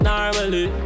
Normally